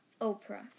Oprah